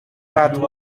quatre